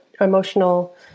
emotional